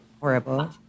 horrible